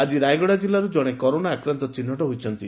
ଆଜି ରାୟଗଡ଼ା ଜିଲ୍ଲାରୁ ଜଣେ କରୋନା ଆକ୍ରାନ୍ଡ ଚିହ୍ନଟ ହୋଇଛନ୍ତି